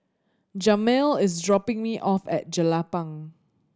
Jamel is dropping me off at Jelapang